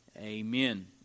Amen